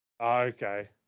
Okay